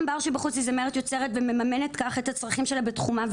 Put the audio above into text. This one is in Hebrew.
גם בר שבחוץ היא זמרת יוצרת ומממנת כך את הצרכים שלה בתחומה,